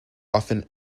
often